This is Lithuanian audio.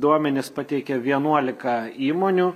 duomenis pateikė vienuolika įmonių